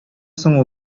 соң